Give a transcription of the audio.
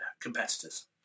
competitors